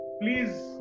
please